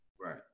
Right